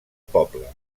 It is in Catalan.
poble